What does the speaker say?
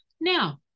Now